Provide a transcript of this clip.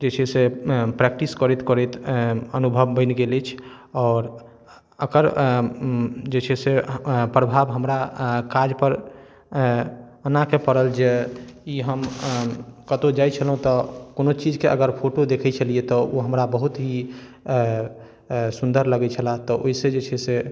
जे छै से प्रैक्टिस करैत करैत अनुभव बनि गेल अछि आओर एकर जे छै से प्रभाव हमरा काजपर ऐनाके पड़ल जे ई हम कतौ जाइ छलहुँ तऽ कोनो चीजके अगर फोटो देखै छेलियै तऽ ओ हमरा बहुत ही सुन्दर लगै छलै तऽ ओहिसँ जे छै से